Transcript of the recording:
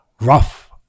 rough